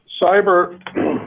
cyber